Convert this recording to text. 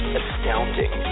astounding